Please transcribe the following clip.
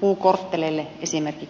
puukortteleille esimerkiksi